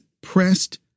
pressed